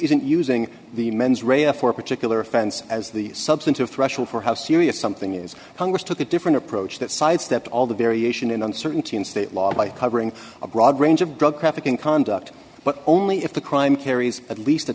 isn't using the mens rea a for particular offense as the substantive threshold for how serious something is congress took a different approach that sidestepped all the variation in uncertainty in state law covering a broad range of drug trafficking conduct but only if the crime carries at least a